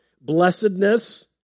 blessedness